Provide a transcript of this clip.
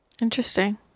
Interesting